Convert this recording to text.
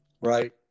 Right